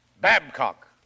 Babcock